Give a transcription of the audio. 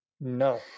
No